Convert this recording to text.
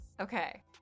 Okay